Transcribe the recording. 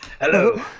hello